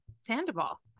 Sandoval